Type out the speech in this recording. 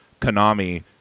konami